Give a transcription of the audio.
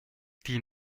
die